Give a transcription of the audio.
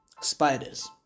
spiders